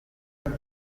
nta